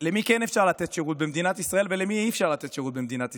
למי כן לתת שירות במדינת ישראל ולמי אי-אפשר לתת שירות במדינת ישראל,